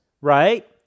right